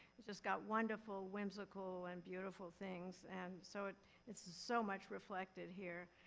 it's just got wonderful, whimsical and beautiful things and so it's so much reflected here.